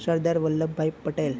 Sardar Vallabhbhai Patel